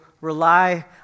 rely